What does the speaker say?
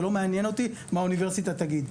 ולא מעניין אותי מה האוניברסיטה תגיד.